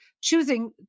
choosing